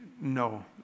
No